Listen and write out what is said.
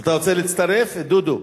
אתה רוצה להצטרף, דודו?